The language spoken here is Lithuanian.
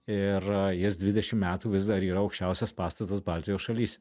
ir jis dvidešim metų vis dar yra aukščiausias pastatas baltijos šalyse